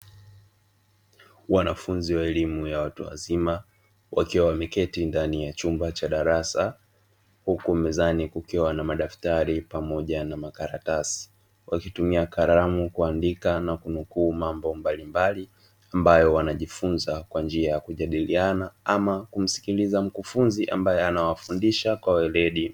Wanafunzi wa elimu ya watu wazima, wakiwa wameketi ndani ya chumba cha darasa huku mezani kukiwa na madaftari pamoja na makaratasi, wakitumia kalamu kuandika na kunukuu mambo mbalimbali; ambayo wanajifunza kwa njia ya kujadiliana ama kumsikiliza mkufunzi ambaye anawafundisha kwa weledi.